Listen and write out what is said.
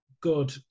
good